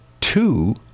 two